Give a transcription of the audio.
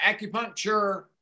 acupuncture